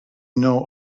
know